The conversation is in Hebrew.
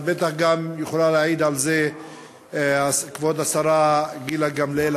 אבל בטח גם יכולה להעיד על זה כבוד השרה גילה גמליאל,